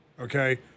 okay